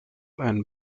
and